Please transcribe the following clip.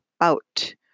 out